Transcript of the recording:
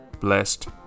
Blessed